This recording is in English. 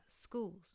schools